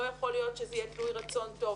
לא יכול להיות שזה יהיה תלוי רצון טוב.